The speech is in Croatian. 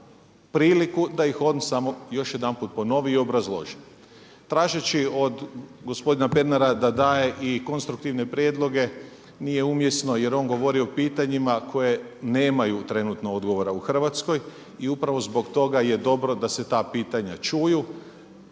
priliku da ih on samo još jedanput ponovi i obrazloži. Tražeći od gospodina Pernara da daje i konstruktivne prijedloge nije umjesno, jer on govori o pitanjima koje nemaju trenutno odgovora u Hrvatskoj i upravo zbog toga je dobro da se ta pitanja čuju.